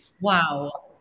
Wow